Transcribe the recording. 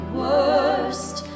worst